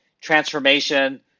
transformation